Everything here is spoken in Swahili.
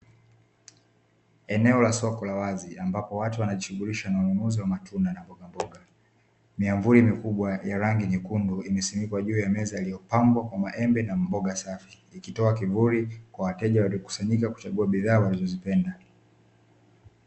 Eneo la soko la wazi ambalo watu wanajishughulisha na kuuza matunda miavuli mikubwa yenye rangi nyekundu imesimikwa juu ya meza iliyopangwa maembe na mboga safi ikitoa kivuli kwa wateja waliokusanyika kuchaguwa bidhaa walixozipenda.